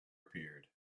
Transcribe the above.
appeared